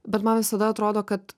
bet man visada atrodo kad